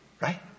Right